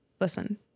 listen